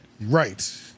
Right